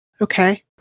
Okay